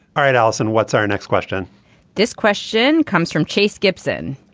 all right alison what's our next question this question comes from chase gibson.